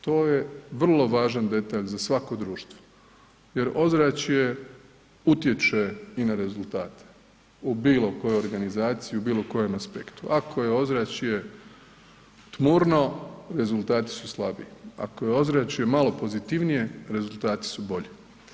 To je vrlo važan detalj za svako društvo jer ozračje utječe i na rezultate u bilo kojoj organizaciji u bilo kojem aspektu, ako je ozračje tmurno, rezultati su slabi, ako je ozračje malo pozitivnije, rezultati su bolji.